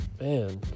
man